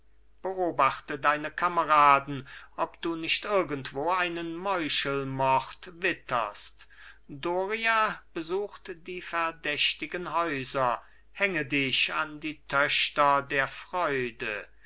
beobachte deine kameraden ob du nicht irgendwo einen meuchelmord witterst doria besucht die verdächtigen häuser hänge dich an die töchter der freude